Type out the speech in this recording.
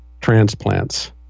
transplants